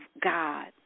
God